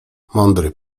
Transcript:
mądry